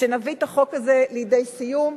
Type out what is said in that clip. שנביא את החוק הזה לידי סיום,